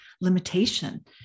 limitation